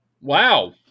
Wow